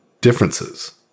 differences